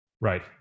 Right